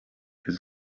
his